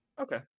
Okay